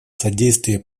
содействие